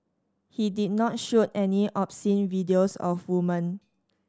he did not shoot any obscene videos of women